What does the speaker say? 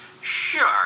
Sure